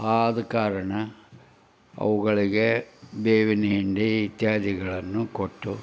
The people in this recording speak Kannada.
ಆದ ಕಾರಣ ಅವುಗಳಿಗೆ ಬೇವಿನ ಹಿಂಡಿ ಇತ್ಯಾದಿಗಳನ್ನು ಕೊಟ್ಟು